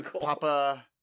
Papa